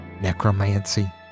necromancy